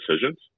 decisions